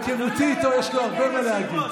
מהיכרותי איתו יש לו הרבה מה להגיד.